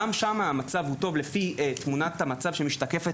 גם שם המצב הוא טוב לפי תמונת המצב שמשתקפת